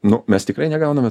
nu mes tikrai negauname